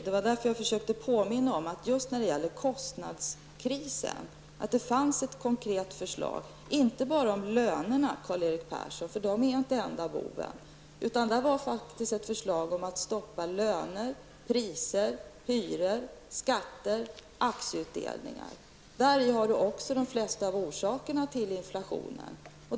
Det var därför som jag försökte påminna om att det fanns ett konkret förslag som just gällde kostnadskrisen. Det gäller inte bara lönerna, Karl Erik Persson, för de är inte enda boven. Detta var ett förslag om att stoppa löner, priser, hyror, skatter, aktieutdelning. Där finns också de flesta av orsakerna till inflationen.